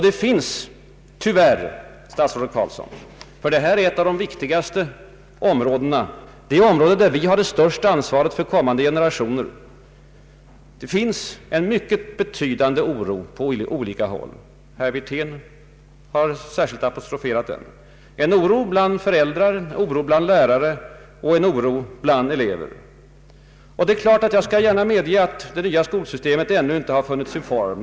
Det finns tyvärr, statsrådet Carlsson — och ändå är det fråga om en av våra viktigaste samhällsuppgifter, vårt ansvar för kommande generationer — en mycket betydande oro på olika håll, såsom herr Wirtén här särskilt apostroferat, en oro bland föräldrar, en oro bland lärare och en oro bland elever. Jag medger gärna att det nya skolsystemet ännu inte har funnit sin form.